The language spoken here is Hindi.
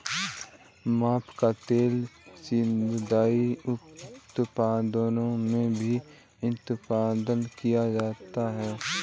पाम का तेल सौन्दर्य उत्पादों में भी इस्तेमाल किया जाता है